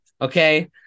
Okay